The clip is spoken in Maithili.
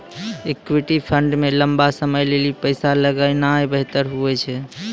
इक्विटी फंड मे लंबा समय लेली पैसा लगौनाय बेहतर हुवै छै